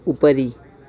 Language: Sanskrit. उपरि